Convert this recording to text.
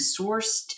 sourced